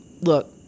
look